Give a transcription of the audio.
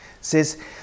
says